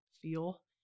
feel